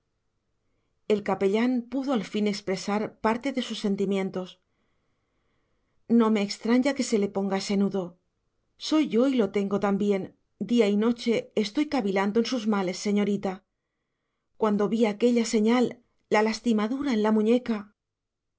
el capellán pudo al fin expresar parte de sus sentimientos no me extraña que se le ponga ese nudo soy yo y lo tengo también día y noche estoy cavilando en sus males señorita cuando vi aquella señal la lastimadura en la muñeca